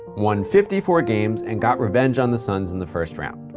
won fifty four games, and got revenge on the suns in the first round.